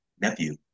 nephew